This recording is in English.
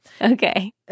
Okay